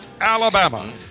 Alabama